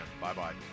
Bye-bye